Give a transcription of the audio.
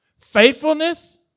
faithfulness